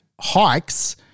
hikes